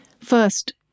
First